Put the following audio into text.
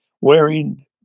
wearing